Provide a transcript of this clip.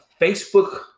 Facebook